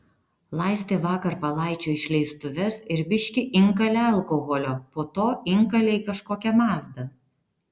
laistė vakar palaičio išleistuves ir biškį inkalė alkoholio po to inkalė į kažkokią mazdą